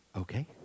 Okay